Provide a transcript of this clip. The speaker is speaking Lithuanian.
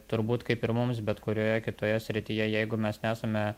turbūt kaip ir mums bet kurioje kitoje srityje jeigu mes nesame